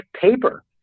paper